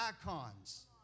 icons